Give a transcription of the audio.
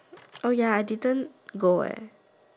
oh ya I didn't go eh